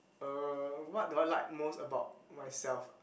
er what do I like most about myself